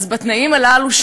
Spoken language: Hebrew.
אז בתנאים הללו,